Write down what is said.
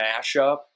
mashup